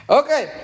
okay